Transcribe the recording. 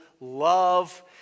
love